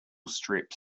strips